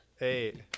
Eight